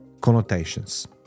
connotations